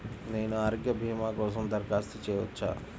నేను ఆరోగ్య భీమా కోసం దరఖాస్తు చేయవచ్చా?